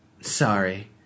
Sorry